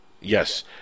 Yes